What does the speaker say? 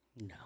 No